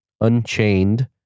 Unchained